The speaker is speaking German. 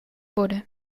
wurde